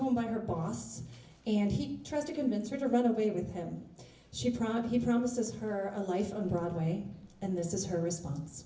to buy her boss and he tries to convince her to run away with him she promised he promises her a life on broadway and this is her response